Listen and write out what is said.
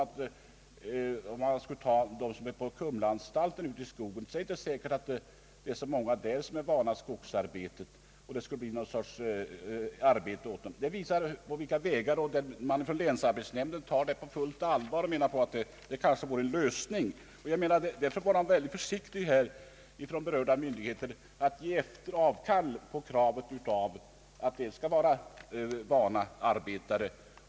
Om man skulle använda interner från Kumlaanstalten till sådant arbete, måste man betänka att det ju inte är säkert att så många av dem är vana vid skogsarbete. Länsarbetsnämnden tog dock detta på fullt allvar och menade att det kanske kunde vara en lösning. Man måste vara mycket försiktig från berörda myndigheters sida och inte ge avkall på kravet att det skall vara vana arbetare.